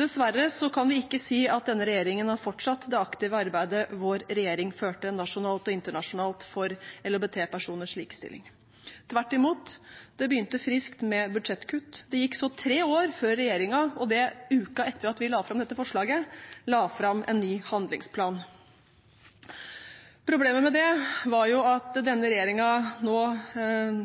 Dessverre kan vi ikke si at denne regjeringen har fortsatt det aktive arbeidet vår regjering førte nasjonalt og internasjonalt for LHBT-personers likestilling. Tvert imot, det begynte friskt med budsjettkutt. Det gikk så tre år før regjeringen – og det uken etter at vi la fram dette forslaget – la fram en ny handlingsplan. Problemet med det var jo